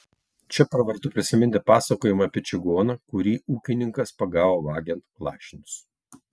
čia pravartu prisiminti pasakojimą apie čigoną kurį ūkininkas pagavo vagiant lašinius